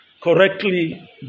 correctly